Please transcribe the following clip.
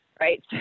right